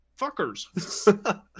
Fuckers